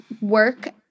Work